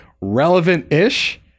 relevant-ish